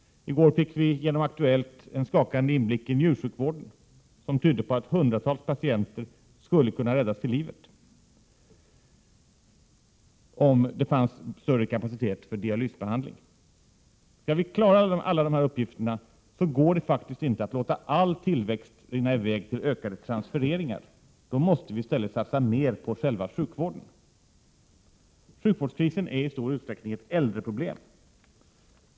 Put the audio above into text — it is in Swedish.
I går fick vi genom Aktuellt en skakande inblick i njursjukvården där det framgick att hundratals patienter skulle kunna räddas till livet om det fanns större kapacitet för dialysbehandling. Skall vi klara dessa uppgifter går det faktiskt inte att låta all tillväxt rinna i väg till ökade transfereringar. Vi måste i stället satsa mera på själva sjukvården. Sjukvårdskrisen är i stor utsträckning ett äldreproblem.